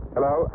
Hello